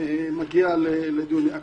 מגיע לדיוני הכנסת.